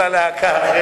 הלהקה.